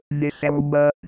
December